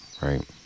right